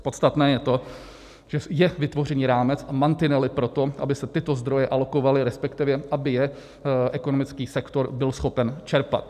Podstatné je to, že je vytvořený rámec a mantinely pro to, aby se tyto zdroje alokovaly, resp. aby je ekonomický sektor byl schopen čerpat.